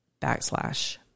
backslash